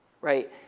right